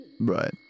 Right